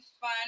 fun